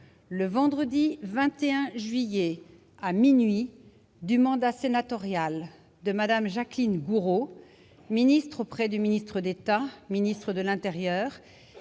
le vendredi 21 juillet, à minuit, du mandat sénatorial de Mme Jacqueline Gourault, ministre auprès du ministre d'État, ministre de l'intérieur,